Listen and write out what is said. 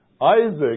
Isaac